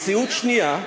מציאות שנייה: